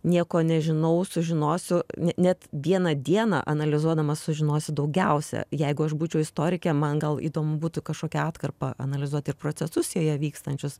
nieko nežinau sužinosiu ne net vieną dieną analizuodamas sužinosi daugiausia jeigu aš būčiau istorikė man gal įdomu būtų kažkokią atkarpą analizuoti procesus joje vykstančius